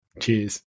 Cheers